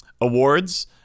Awards